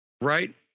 Right